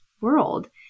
world